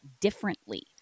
differently